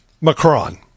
Macron